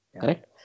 correct